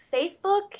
Facebook